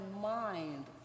mind